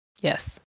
Yes